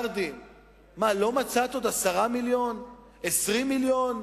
מה, לא מצאת עוד 10 מיליון, 20 מיליון?